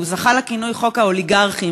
הוא זכה לכינוי "חוק האוליגרכים",